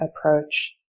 approach